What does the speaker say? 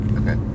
okay